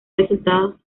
resultados